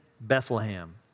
Bethlehem